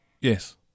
Yes